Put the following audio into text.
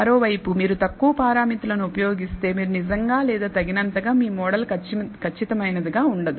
మరోవైపు మీరు తక్కువ పారామితులను ఉపయోగిస్తే మీరు నిజంగా లేదా తగినంతగా మీ మోడల్ ఖచ్చితమైనదిగా ఉండదు